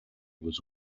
was